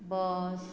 bus